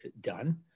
done